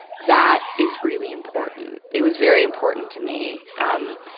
that is really important. it was very important to me, um,